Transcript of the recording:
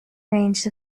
range